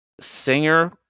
Singer